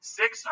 six